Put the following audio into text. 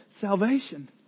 salvation